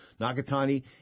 Nakatani